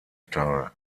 teil